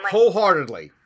Wholeheartedly